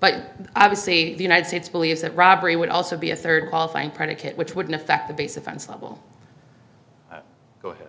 but obviously the united states believes that robbery would also be a third qualifying predicate which would in effect the base offense level